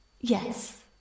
Yes